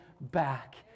back